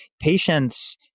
patients